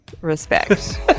Respect